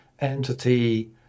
entity